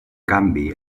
canvi